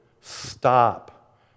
stop